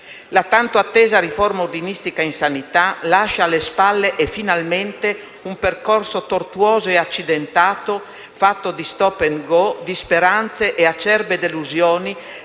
La tanto attesa riforma ordinistica in sanità si lascia alle spalle, finalmente, un percorso tortuoso e accidentato fatto di *stop and go*, di speranze e acerbe delusioni